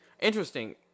Interesting